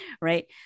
Right